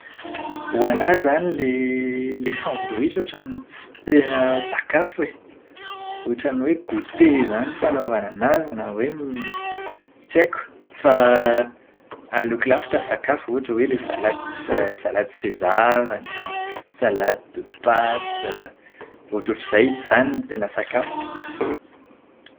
Ho anahy izany ilay ilay sandwich ohatran'ny tsy tena sakafo e. Ohatran'ny hoe goûter izany fanaovana anazy na hoe tsy haiko. Fa aleoko lavitra sakafo, ohatra hoe ilay salady salady sezara na "salade de pâte", ohatrohatr'izay izany raha sakafo.